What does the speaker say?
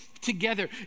together